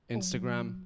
Instagram